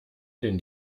den